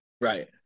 Right